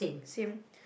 same